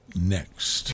next